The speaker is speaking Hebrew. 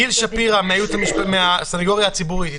גיל שפירא מהסנגוריה הציבורית איתנו?